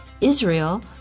Israel